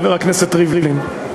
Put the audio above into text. חבר הכנסת ריבלין.